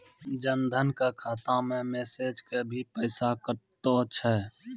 जन धन के खाता मैं मैसेज के भी पैसा कतो छ?